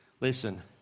Listen